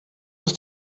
ist